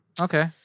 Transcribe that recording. Okay